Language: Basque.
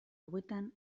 hauetan